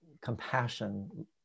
compassion